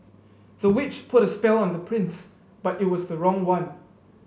the witch put a spell on the prince but it was the wrong one